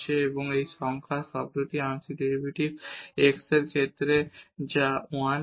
এবং এই সংখ্যার আংশিক ডেরিভেটিভ x এর ক্ষেত্রে যা 1 হবে